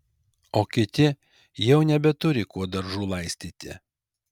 o kiti jau nebeturi kuo daržų laistyti